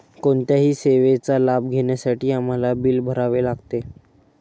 कोणत्याही सेवेचा लाभ घेण्यासाठी आम्हाला बिल भरावे लागते